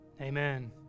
Amen